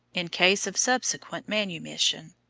in case of subsequent manumission.